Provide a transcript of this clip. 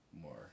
more